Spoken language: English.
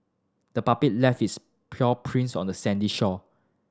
the puppy left its paw prints on the sandy shore